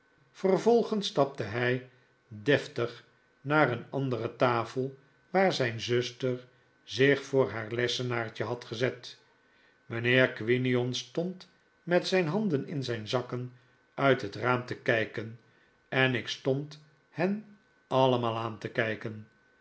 vervolgens stapte hij deftig naar een andere tafel waar zijn zuster zich voor haar lessenaartje had gezet mijnheer quinion stond met zijn handen in zijn zakken uit het raam te kijken en ik stond hen allemaal aan te kijken